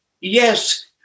Yes